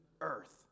earth